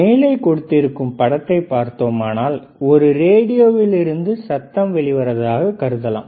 மேலே கொடுத்திருக்கும் படத்தை பார்த்தோமானால் ஒரு ரேடியோவிலிருந்து சத்தம் வெளிவருவதாக கருதலாம்